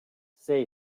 say